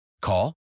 Call